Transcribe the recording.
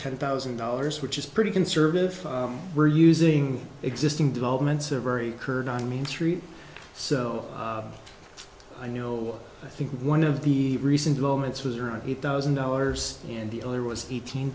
ten thousand dollars which is pretty conservative we're using existing developments are very current on main street so i know i think one of the recent developments was around eight thousand dollars and the other was eighteen